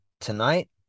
Tonight